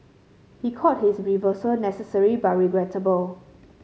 he called his reversal necessary but regrettable